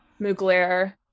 Mugler